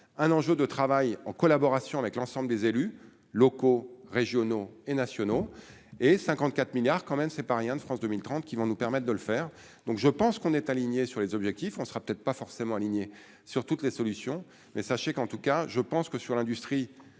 un enjeu de travail en collaboration avec l'ensemble des élus locaux, régionaux et nationaux et 54 milliards quand même, c'est pas rien de France 2030, qui vont nous permettre de le faire, donc je pense qu'on est aligné sur les objectifs, on sera peut être pas forcément alignée sur toutes les solutions, mais sachez qu'en tout cas je pense que sur l'industrie,